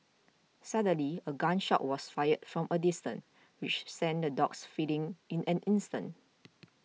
suddenly a gun shot was fired from a distance which sent the dogs fleeing in an instant